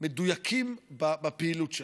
מדויקים בפעילות שלכם.